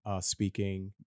speaking